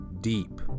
deep